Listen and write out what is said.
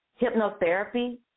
hypnotherapy